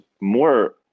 more